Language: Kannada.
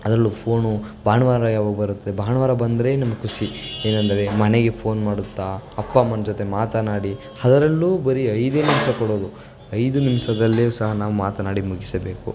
ಅದರಲ್ಲೂ ಫೋನು ಭಾನುವಾರ ಯಾವಾಗ ಬರುತ್ತೆ ಭಾನುವಾರ ಬಂದರೆ ನಮ್ಗೆ ಖುಷಿ ಏನಂದರೆ ಮನೆಗೆ ಫೋನ್ ಮಾಡುತ್ತಾ ಅಪ್ಪ ಅಮ್ಮನ ಜೊತೆ ಮಾತನಾಡಿ ಅದರಲ್ಲೂ ಬರೀ ಐದೇ ನಿಮಿಷ ಕೊಡೋದು ಐದು ನಿಮಿಷದಲ್ಲೇ ಸಹ ನಾವು ಮಾತನಾಡಿ ಮುಗಿಸಬೇಕು